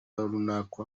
runaka